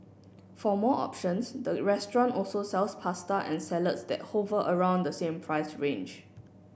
for more options the restaurant also sells pasta and salads that hover around the same price range